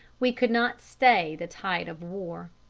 we could not stay the tide of war.